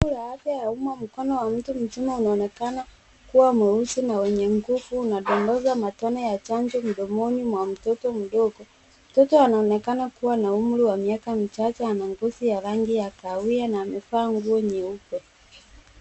Wizara ya afya ya umma mkono wa mtu mzima unaonekana kuwa mweusi na wenye nguvu unadondosha matone ya chanjo mdomoni mwa mtoto mdogo mtoto anaonekana kuwa na umri wa miaka michache ana ngozi ya rangi ya kahawia na amevaa nguo nyeupe.